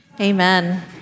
Amen